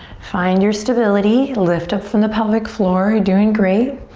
find your stability. lift up from the pelvic floor. you're doing great.